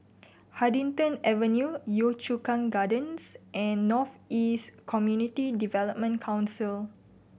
Huddington Avenue Yio Chu Kang Gardens and North East Community Development Council